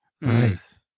Nice